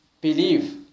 believe